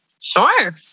Sure